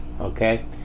Okay